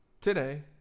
Today